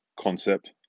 concept